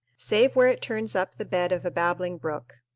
save where it turns up the bed of a babbling brook.